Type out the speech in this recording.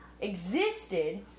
existed